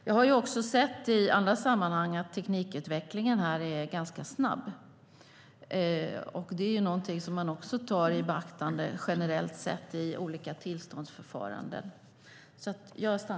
Jag har sett i annat sammanhang att teknikutvecklingen är ganska snabb. Det är någonting som man tar i beaktande generellt sett i olika tillståndsförfaranden.